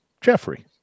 Jeffrey